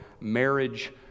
marriage